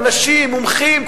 אנשים מומחים,